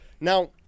Now